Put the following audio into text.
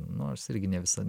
nors irgi ne visa